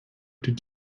did